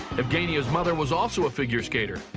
evgenia's mother was also a figure skater,